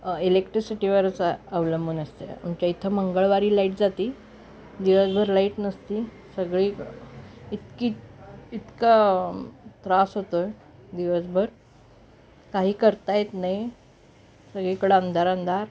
इलेक्ट्रिसिटीवरच अवलंबून असते आमच्या इथं मंगळवारी लाईट जाते दिवसभर लाईट नसते सगळी इतकी इतका त्रास होतो आहे दिवसभर काही करता येत नाही सगळीकडं अंधार अंधार